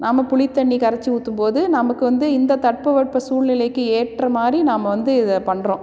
நம்ம புளித்தண்ணி கரைச்சி ஊற்றும் போது நமக்கு வந்து இந்த தட்பவெட்ப சூழ்நிலைக்கு ஏற்ற மாதிரி நாம வந்து இதை பண்ணுறோம்